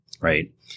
right